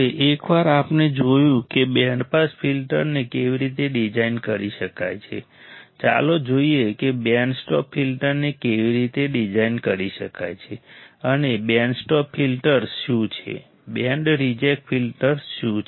હવે એકવાર આપણે જોયું કે બેન્ડ પાસ ફિલ્ટરને કેવી રીતે ડિઝાઇન કરી શકાય છે ચાલો જોઈએ કે બેન્ડ સ્ટોપ ફિલ્ટરને કેવી રીતે ડિઝાઇન કરી શકાય છે અને બેન્ડ સ્ટોપ ફિલ્ટર્સ શું છે બેન્ડ રિજેક્ટ ફિલ્ટર્સ શું છે